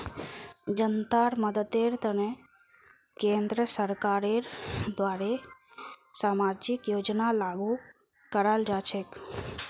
जनतार मददेर तने केंद्र सरकारेर द्वारे सामाजिक योजना लागू कराल जा छेक